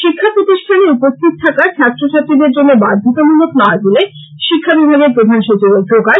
শিক্ষা প্রতিষ্টানে উপস্থিতি থাকা ছাত্র ছাত্রীদের জন্য বাধ্যতা মূলক নয় বলে শিক্ষা বিভাগের প্রধান সচিবের প্রকাশ